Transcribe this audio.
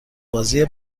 بازی